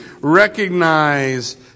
recognize